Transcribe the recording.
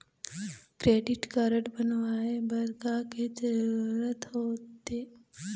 Credit card बनवाए बर का के जरूरत होते?